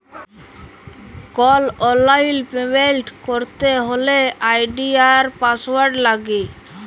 call অললাইল payment ক্যরতে হ্যলে লগইল আই.ডি আর পাসঅয়াড় লাগে